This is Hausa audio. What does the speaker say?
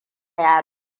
ya